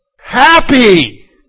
Happy